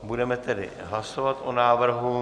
Budeme tedy hlasovat o návrhu.